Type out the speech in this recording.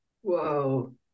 whoa